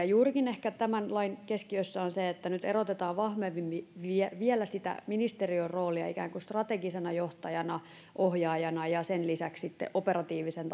juurikin ehkä tämän lain keskiössä on se että nyt erotetaan vahvemmin vielä sitä ministeriön roolia ikään kuin strategisena johtajana ohjaajana ja sen lisäksi sitten operatiivisen